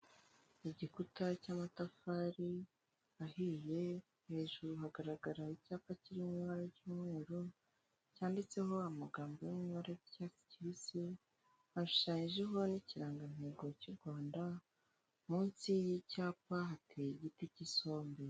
Igikuta cy'amatafari ahiye hejuru hagaragara icyapa kiri mu mabara kirimo umweru cyanditseho amagambo yo mu ibara ry'icyatsi kibisi ashushanyijeho n'ikirangantego cy'u Rwanda, munsi y'icyapa hateye igiti cy'isombe.